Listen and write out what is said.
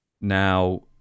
now